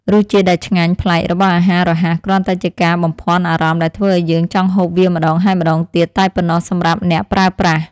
រសជាតិដែលឆ្ងាញ់ប្លែករបស់អាហាររហ័សគ្រាន់តែជាការបំភាន់អារម្មណ៍ដែលធ្វើឲ្យយើងចង់ហូបវាម្តងហើយម្តងទៀតតែប៉ុណ្ណោះសម្រាប់អ្នកប្រើប្រាស់។